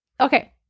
Okay